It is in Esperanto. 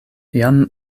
jam